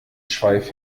schweif